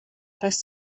heißt